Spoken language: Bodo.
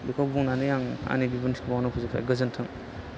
बेखौ बुंनानै आं आंनि बिबुंथिखौ बावनो फोजोबबाय गोजोन्थों